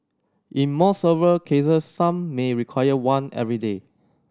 in more severe cases some may require one every day